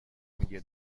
میگه